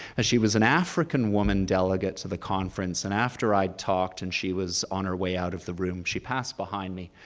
ah she was an african woman delegate to the conference, and after i'd talked and she was on her way out of the room, she passed behind me,